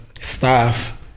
staff